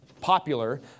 popular